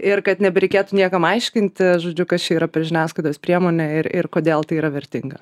ir kad nebereikėtų niekam aiškinti žodžiu kas čia yra per žiniasklaidos priemonė ir ir kodėl tai yra vertinga